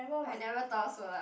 I never thought so lah